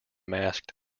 masked